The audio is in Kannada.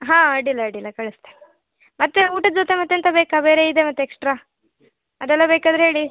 ಹಾಂ ಅಡ್ಡಿಲ್ಲ ಅಡ್ಡಿಲ್ಲ ಕಳಿಸ್ತೆ ಮತ್ತೆ ಊಟದ ಜೊತೆ ಮತ್ತೆಂತ ಬೇಕಾ ಬೇರೆ ಇದೆ ಮತ್ತೆ ಎಕ್ಸ್ಟ್ರಾ ಅದೆಲ್ಲ ಬೇಕಾದ್ರೆ ಹೇಳಿ